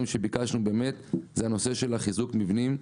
שביקשנו היה הנושא של חיזוק מבנים,